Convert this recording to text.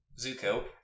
Zuko